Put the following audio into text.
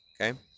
okay